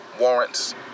warrants